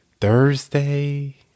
Thursday